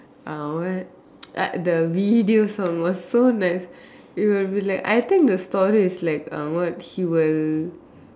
ah what at the video song was so nice you will be like I think the story is like uh what he will